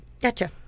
Gotcha